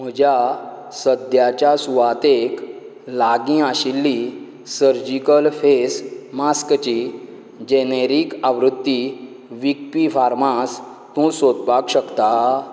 म्हज्या सद्याच्या सुवातेक लागीं आशिल्ली सर्जिकल फेस मास्कची जॅनेरीक आवृत्ती विकपी फार्मास तूं सोदपाक शकता